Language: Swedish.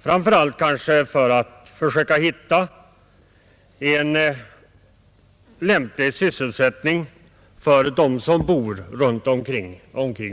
framför allt kanske för att försöka finna en lämplig sysselsättning för dem som bor i Vindelns kommun och där omkring.